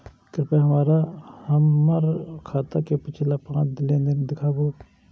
कृपया हमरा हमर खाता के पिछला पांच लेन देन दिखाबू